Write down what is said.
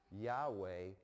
Yahweh